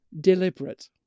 deliberate